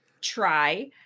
try